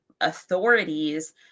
authorities